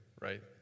right